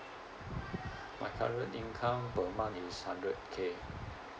my current income per month is hundred K